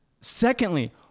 secondly